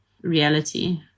reality